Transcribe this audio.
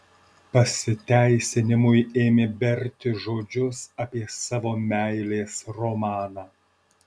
pasiteisinimui ėmė berti žodžius apie savo meilės romaną